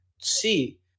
see